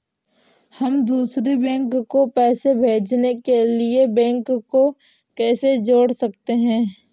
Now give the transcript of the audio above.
हम दूसरे बैंक को पैसे भेजने के लिए बैंक को कैसे जोड़ सकते हैं?